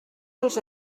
dels